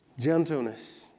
Gentleness